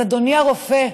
אז אדוני הרופא,